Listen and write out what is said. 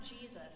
Jesus